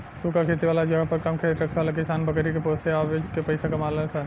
सूखा खेती वाला जगह पर कम खेत रखे वाला किसान बकरी के पोसे के आ बेच के पइसा कमालन सन